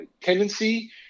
tendency